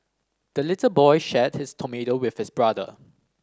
the little boy shared his tomato with his brother